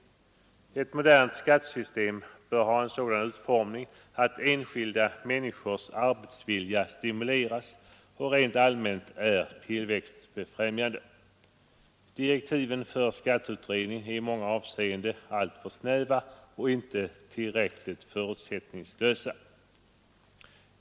Ett modernt skattesystem bör ha en sådan utformning att det stimulerar enskilda människors arbetsvilja och rent allmänt är tillväxtbefrämjande. Direktiven för skatteutredningen är i många avseenden alltför snäva och inte tillräckligt förutsättningslösa.